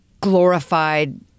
glorified